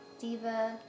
diva